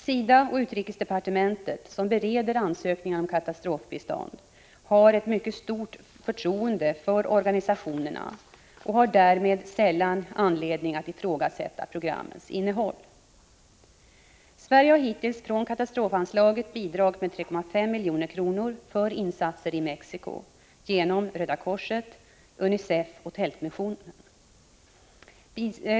SIDA och utrikesdepartementet, som bereder ansökningar om katastrofbistånd, har ett mycket stort förtroende för organisationerna och har därmed sällan anledning att ifrågasätta programmens innehåll. Sverige har hittills från katastrofanslaget bidragit med 3,5 milj.kr. för insatser i Mexico genom Röda korset, UNICEF och Tältmissionen.